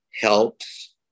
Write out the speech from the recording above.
helps